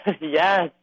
Yes